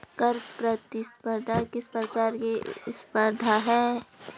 कर प्रतिस्पर्धा किस प्रकार की स्पर्धा है?